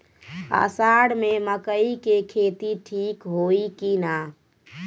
अषाढ़ मे मकई के खेती ठीक होई कि ना?